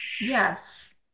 Yes